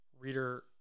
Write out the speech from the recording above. Reader